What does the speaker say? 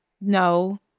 no